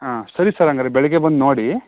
ಹಾಂ ಸರಿ ಸರ್ ಹಾಗಾರೆ ಬೆಳಿಗ್ಗೆ ಬಂದು ನೋಡಿ